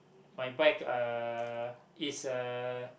my bike uh is uh